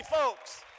folks